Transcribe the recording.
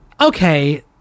okay